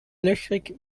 löchrig